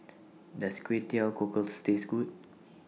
Does Kway Teow Cockles Taste Good